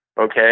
okay